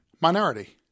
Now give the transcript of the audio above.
minority